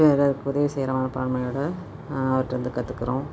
பிறருக்கு உதவு செய்கிற மனப்பான்மையோடு அவர்கிட்டேருந்து கற்றுக்குறோம்